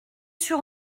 sur